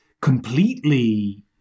completely